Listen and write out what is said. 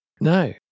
No